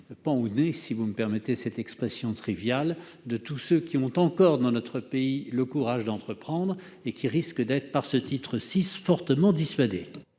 pend au nez, si vous me permettez cette expression triviale, de tous ceux qui ont encore, dans notre pays, le courage d'entreprendre et qui risquent, par ce titre VI, d'en être fortement dissuadés.